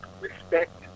respect